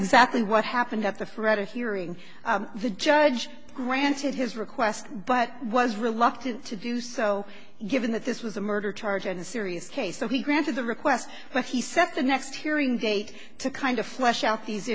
exactly what happened at the threat of hearing the judge granted his request but was reluctant to do so given that this was a murder charge and a serious case that he granted the request but he said the next hearing date to kind of flesh out these